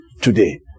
today